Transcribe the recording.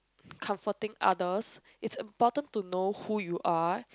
comforting others is important to know who you are